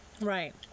Right